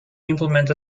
implement